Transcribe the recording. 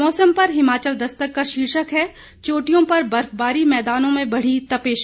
मौसम पर हिमाचल दस्तक का शीर्षक है चोटियों पर बर्फबारी मैदानों में बढ़ी तपिश